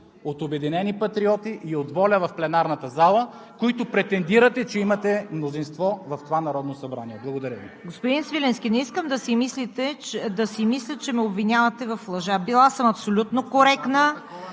от „Обединени патриоти“ и от ВОЛЯ, в пленарната зала, за които претендирате, че имате мнозинство в това Народно събрание. Благодаря Ви. ПРЕДСЕДАТЕЛ ЦВЕТА КАРАЯНЧЕВА: Господин Свиленски, не искам да си мисля, че ме обвинявате в лъжа, била съм абсолютно коректна.